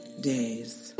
days